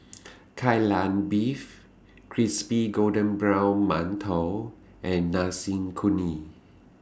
Kai Lan Beef Crispy Golden Brown mantou and Nasi Kuning